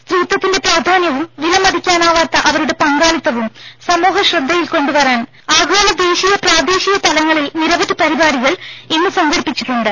സ്ത്രീത്വത്തിന്റെ പ്രാധാന്യവും വിലമതിക്കാനാവാത്ത അവരുടെ പങ്കാളിത്തവും സമൂഹ ശ്രദ്ധയിൽ കൊണ്ടുവരാൻ ആഗോള ദേശീയ പ്രാദേശിക തലങ്ങളിൽ നിരവധി പരിപാടികൾ ഇന്ന് സംഘടിപ്പിച്ചിട്ടുണ്ട്